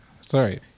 Sorry